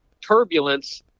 turbulence